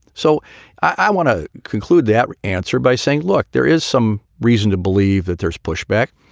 so i want to conclude that answer by saying, look, there is some reason to believe that there's pushback.